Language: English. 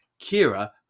Kira